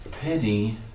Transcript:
pity